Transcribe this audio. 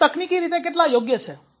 તેઓ તકનીકી રીતે કેટલા યોગ્ય છે